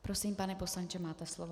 Prosím, pane poslanče, máte slovo.